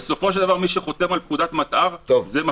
ובסופו של דבר מי שחותם על פקודת מטא"ר זה מפכ"ל.